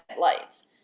lights